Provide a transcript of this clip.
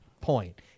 point